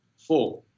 Four